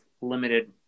limited